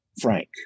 frank